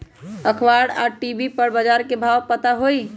अखबार या टी.वी पर बजार के भाव पता होई?